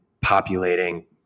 populating